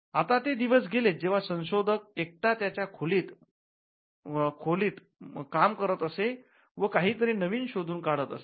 आता ते दिवस गेलेत जेव्हा संशोधक एकटा त्याच्या खोलीत मध्ये काम करत असे व काहीतरी नवीन शोधून काढत असे